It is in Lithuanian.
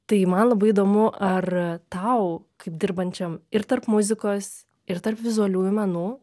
tai man labai įdomu ar tau kaip dirbančiam ir tarp muzikos ir tarp vizualiųjų menų